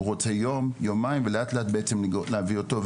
הוא רוצה יום, יומיים, ולאט לאט בעצם להביא אותו.